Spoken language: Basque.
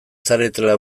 zaretela